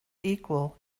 equal